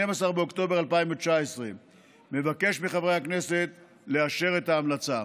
12 באוקטובר 2019. אני מבקש מחברי הכנסת לאשר את ההמלצה.